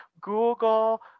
Google